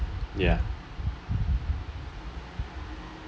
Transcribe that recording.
ya